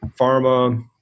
pharma